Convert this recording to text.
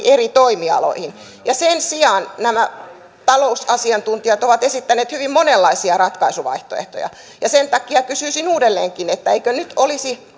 eri toimialoihin sen sijaan nämä talousasiantuntijat ovat esittäneet hyvin monenlaisia ratkaisuvaihtoehtoja ja sen takia kysyisin uudelleenkin eikö nyt olisi